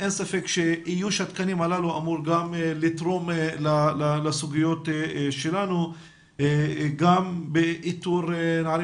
אין ספק שאיוש התקנים הללו אמור גם לתרום לסוגיות שלנו גם באיתור נערים